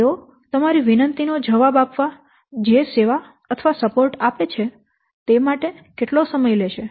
તેઓ તમારી વિનંતી નો જવાબ આપવા જે સેવા અથવા સપોર્ટ આપે છે તે માટે કેટલો સમય લેશે